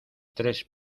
tres